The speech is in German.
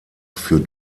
für